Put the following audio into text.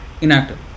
inactive